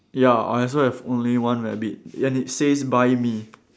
ya I also only have one rabbit and it says buy me